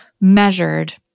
measured